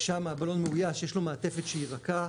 שם הבלון מאויש יש לו מעטפת שהיא רכה,